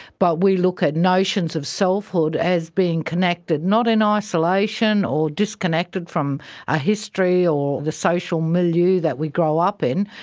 but we look at notions of selfhood as being connected not in ah isolation or disconnected from a history or the social milieu that we grow up in,